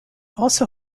also